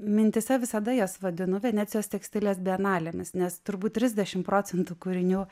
mintyse visada jas vadinu venecijos tekstilės bienalėmis nes turbūt trisdešim procentų kūrinių